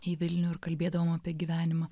į vilnių ir kalbėdavome apie gyvenimą